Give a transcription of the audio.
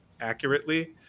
accurately